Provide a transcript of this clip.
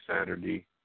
Saturday